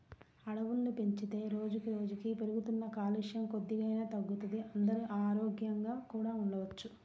అడవుల్ని పెంచితే రోజుకి రోజుకీ పెరుగుతున్న కాలుష్యం కొద్దిగైనా తగ్గుతది, అందరూ ఆరోగ్యంగా కూడా ఉండొచ్చు